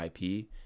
IP